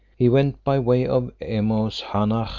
he went by way of emaus, hanah,